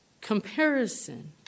comparison